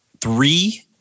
three